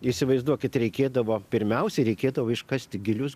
įsivaizduokit reikėdavo pirmiausia reikėdavo iškasti gilius